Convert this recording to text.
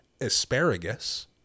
asparagus